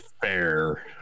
fair